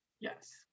Yes